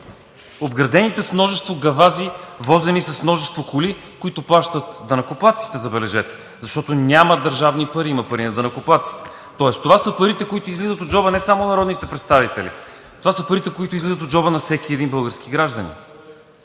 обградените с множество гавази, возени с множество коли, които плащат данъкоплатците, забележете, защото няма държавни пари, има пари на данъкоплатците, тоест това са парите, които излизат от джоба не само на народните представители, това са парите, които излизат от джоба на всеки един български граждани,